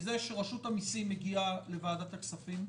מזה שרשות המסים מגיעה לוועדת הכספים,